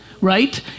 right